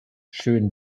schönen